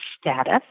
status